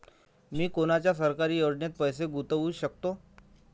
मी कोनच्या सरकारी योजनेत पैसा गुतवू शकतो?